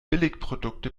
billigprodukte